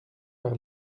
par